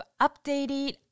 updated